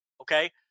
okay